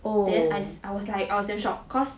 then I was I was like damn shocked cause